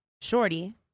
shorty